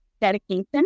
dedication